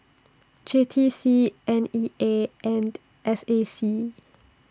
J T C N E A and S A C